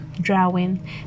drawing